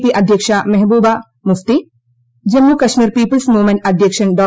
P അധ്യക്ഷ Mehbooba Mufti Jammu Kashmir peoples movement അധ്യക്ഷൻ ഡോ